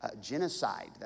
Genocide